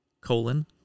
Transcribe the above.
Colon